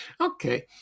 Okay